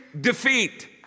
defeat